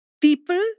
People